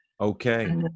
Okay